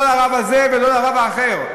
לא לרב הזה ולא לרב האחר.